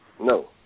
No